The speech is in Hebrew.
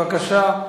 בבקשה,